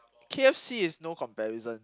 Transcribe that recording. K_F_C is no comparison